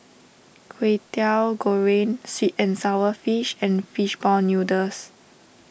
Kway Teow Goreng Sweet and Sour Fish and Fish Ball Noodles